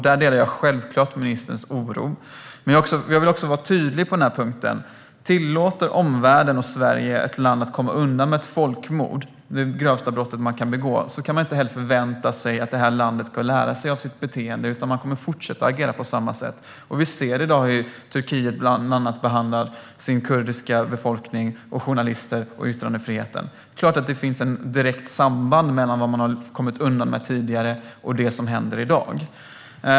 Där delar jag självfallet ministerns oro, men jag vill vara tydlig på en punkt: Om omvärlden och Sverige tillåter ett land att komma undan med folkmord kan man heller inte förvänta sig att detta land ska lära sig av sitt beteende, utan landet kommer att fortsätta att agera på samma sätt. Vi ser hur Turkiet behandlar bland annat sin kurdiska befolkning, journalister och yttrandefriheten i dag. Det är klart att det finns ett direkt samband mellan vad man har kommit undan med tidigare och det som händer i dag.